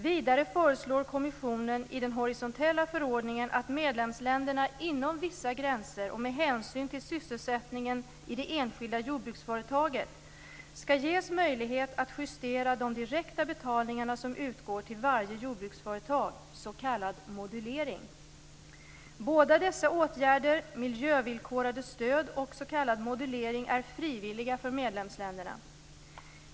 Vidare föreslår kommissionen i den horisontella förordningen att medlemsländerna inom vissa gränser och med hänsyn till sysselsättningen i det enskilda jordbruksföretaget skall ges möjlighet att justera de direkta betalningar som utgår till varje jordbruksföretag, s.k. modulering. Båda dessa åtgärder, miljövillkorade stöd och s.k. modulering, är frivilliga för medlemsländerna.